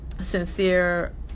sincere